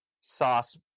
sauce